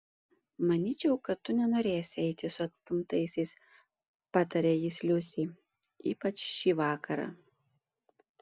manyčiau kad tu nenorėsi eiti su atstumtaisiais patarė jis liusei ypač šį vakarą